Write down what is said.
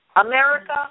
America